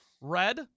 Red